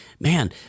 man